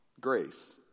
grace